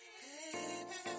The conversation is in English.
baby